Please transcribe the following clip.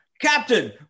captain